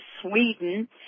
Sweden